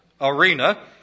arena